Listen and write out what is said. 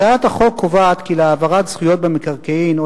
הצעת החוק קובעת כי להעברת זכויות במקרקעין או